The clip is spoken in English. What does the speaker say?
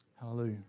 Hallelujah